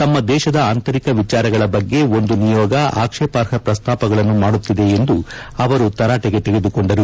ತಮ್ಮ ದೇಶದ ಆಂತರಿಕ ವಿಚಾರಗಳ ಬಗ್ಗೆ ಒಂದು ನಿಯೋಗ ಆಕ್ಷೇಪಾರ್ಹ ಪ್ರಸ್ತಾಪಗಳನ್ನು ಮಾಡುತ್ತಿದೆ ಎಂದು ಅವರು ತರಾಟೆಗೆ ತೆಗೆದುಕೊಂಡರು